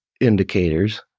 indicators